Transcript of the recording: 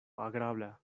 agrabla